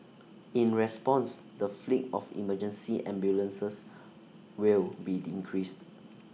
in response the fleet of emergency ambulances will be increased